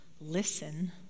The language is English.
Listen